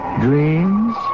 dreams